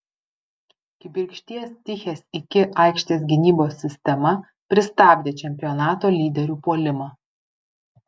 kibirkšties tichės iki aikštės gynybos sistema pristabdė čempionato lyderių puolimą